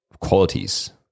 qualities